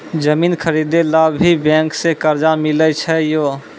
जमीन खरीदे ला भी बैंक से कर्जा मिले छै यो?